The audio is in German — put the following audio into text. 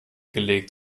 gelegt